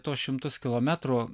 tuos šimtus kilometrų